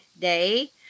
Day